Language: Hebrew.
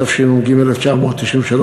התשנ"ג 1993,